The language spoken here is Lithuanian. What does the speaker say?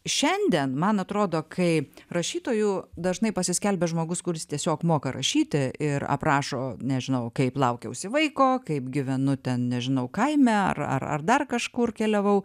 šiandien man atrodo kai rašytoju dažnai pasiskelbia žmogus kuris tiesiog moka rašyti ir aprašo nežinau kaip laukiausi vaiko kaip gyvenu ten nežinau kaime ar ar ar dar kažkur keliavau